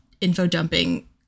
info-dumping